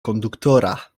konduktora